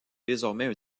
désormais